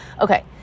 Okay